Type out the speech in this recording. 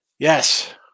Yes